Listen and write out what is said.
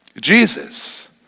Jesus